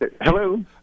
Hello